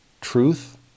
truth